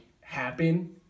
happen